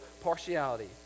partiality